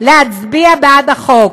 להצביע בעד החוק,